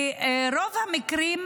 ברוב המקרים,